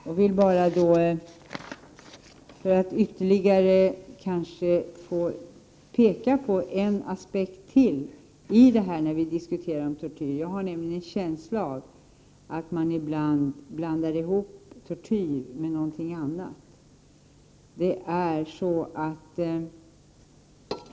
Jag vill peka på ännu en aspekt när vi diskuterar om tortyr. Jag har nämligen en känsla av att man blandar ihop tortyr med något annat ibland.